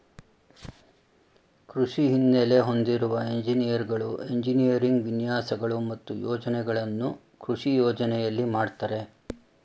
ಕೃಷಿ ಹಿನ್ನೆಲೆ ಹೊಂದಿರುವ ಎಂಜಿನಿಯರ್ಗಳು ಎಂಜಿನಿಯರಿಂಗ್ ವಿನ್ಯಾಸಗಳು ಮತ್ತು ಯೋಜನೆಗಳನ್ನು ಕೃಷಿ ಯೋಜನೆಯಲ್ಲಿ ಮಾಡ್ತರೆ